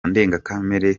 ndengakamere